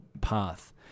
path